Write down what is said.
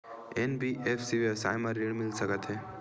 NBFC व्यवसाय मा ऋण मिल सकत हे